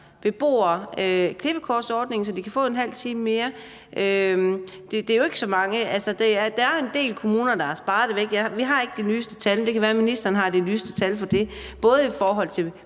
beboere klippekortordningen, så de kan få en halv time mere. Det er jo ikke så mange. Der er en del kommuner, der har sparet det væk. Vi har ikke de nyeste tal, men det kan være, at ministeren har de nyeste tal for det, både i forhold til